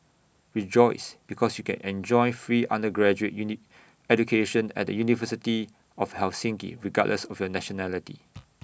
rejoice because you can enjoy free undergraduate education at the university of Helsinki regardless of your nationality